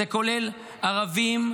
זה כולל ערבים,